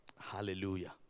Hallelujah